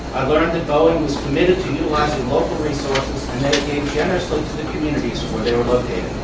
i learned that boeing was committed to utilizing local resources and that it gave generously to the communities where they were located.